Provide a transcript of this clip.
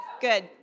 Good